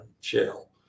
shell